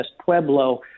Pueblo